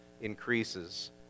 increases